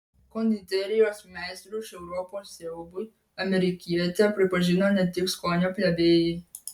konditerijos meistrų iš europos siaubui amerikietę pripažino ne tik skonio plebėjai